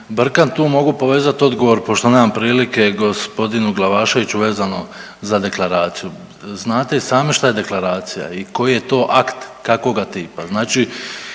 Brkan tu mogu povezati odgovor pošto nemam prilike gospodinu Glavaševiću vezano za deklaraciju. Znate i sami šta je deklaracija i koji je to akt kakvoga tipa. Znači